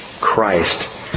Christ